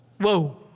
Whoa